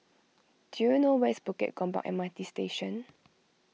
do you know where is Bukit Gombak M R T Station